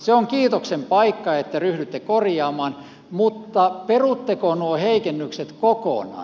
se on kiitoksen paikka että ryhdytte korjaamaan mutta perutteko nuo heikennykset kokonaan